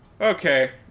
Okay